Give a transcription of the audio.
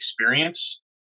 experience